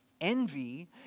Envy